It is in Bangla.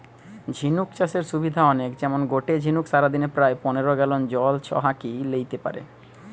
ঝিনুক চাষের সুবিধা অনেক যেমন গটে ঝিনুক সারাদিনে প্রায় পনের গ্যালন জল ছহাকি লেইতে পারে